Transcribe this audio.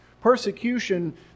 Persecution